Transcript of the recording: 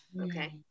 okay